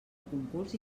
concurs